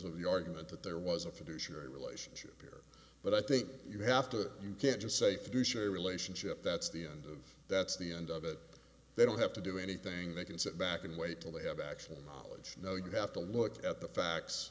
of the argument that there was a fiduciary relationship here but i think you have to you can't just say fiduciary relationship that's the end of that's the end of it they don't have to do anything they can sit back and wait till they have actual knowledge no you have to look at the facts